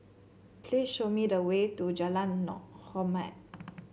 please show me the way to Jalan nor Hormat